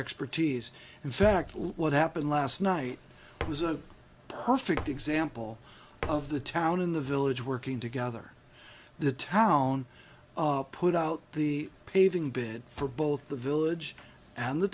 expertise in fact what happened last night was a perfect example of the town in the village working together the town put out the paving bed for both the village and the